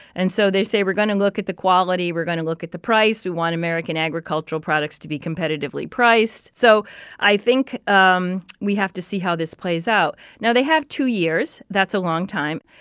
and so they say, we're going to look at the quality we're going to look at the price. we want american agricultural products to be competitively priced. so i think um we have to see how this plays out now, they have two years. that's a long time.